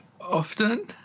often